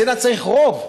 בסנאט צריך רוב,